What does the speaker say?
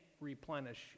replenish